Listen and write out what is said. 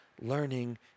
learning